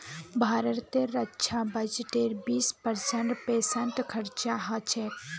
भारतेर रक्षा बजटेर बीस परसेंट पेंशनत खरचा ह छेक